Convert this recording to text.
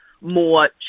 more